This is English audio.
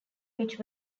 which